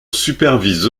supervise